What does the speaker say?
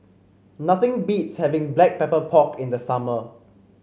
nothing beats having Black Pepper Pork in the summer